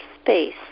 space